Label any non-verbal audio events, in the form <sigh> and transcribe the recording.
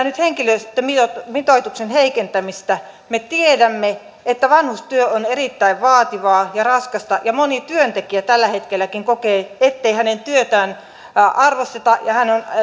<unintelligible> nyt henkilöstömitoituksen heikentämistä me tiedämme että vanhustyö on erittäin vaativaa ja raskasta ja moni työntekijä tälläkin hetkellä kokee ettei hänen työtään arvosteta ja